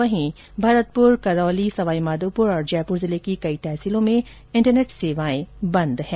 वहीं भरतपुर करौली सवाई माधोपुर और जयपुर जिले की कई तहसीलों में इंटरनेट सेवाएं बंद हैं